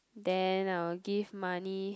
then I'll give money